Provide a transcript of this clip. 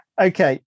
okay